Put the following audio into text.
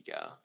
go